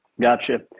gotcha